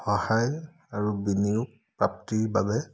সহায় আৰু বিনিয়োগ প্ৰাপ্তিৰ বাবে